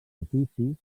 oficis